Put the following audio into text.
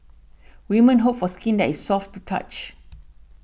women hope for skin that is soft to touch